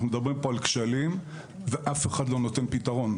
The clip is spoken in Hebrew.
אנו מדברים על כשלים ואף אחד לא נותן פתרון.